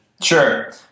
Sure